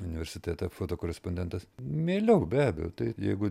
universitetą fotokorespondentas mieliau be abejo tai jeigu